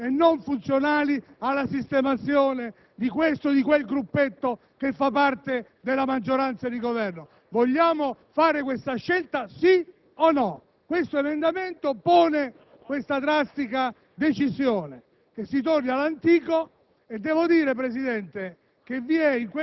numericamente funzionali alle attività di Governo, non funzionali alla sistemazione di questo o di quel gruppetto che fa parte della maggioranza di Governo? Vogliamo fare questa scelta, sì o no? L'emendamento pone questa drastica decisione: